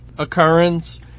occurrence